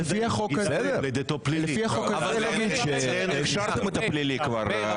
כבר הכשרתם את הפלילי.